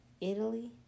Italy